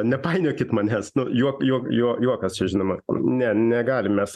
nepainiokit manęs nu juo juo juokas čia žinoma ne negalim mes